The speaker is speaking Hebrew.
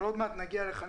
אבל עוד מעט נגיע אליך.